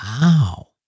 Wow